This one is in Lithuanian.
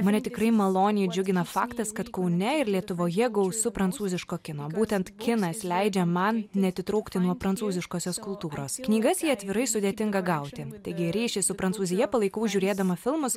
mane tikrai maloniai džiugina faktas kad kaune ir lietuvoje gausu prancūziško kino būtent kinas leidžia man neatitrūkti nuo prancūziškosios kultūros knygas jei atvirai sudėtinga gauti taigi ryšį su prancūzija palaikau žiūrėdama filmus